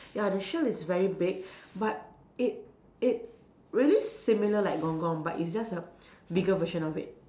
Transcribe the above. ya the shell is very big but it it really similar like gong-gong but it's just a bigger version of it